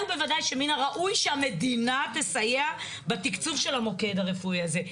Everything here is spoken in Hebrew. ובוודאי שמן הראוי שהמדינה תסייע בתקצוב של המוקד הרפואי הזה,